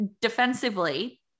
defensively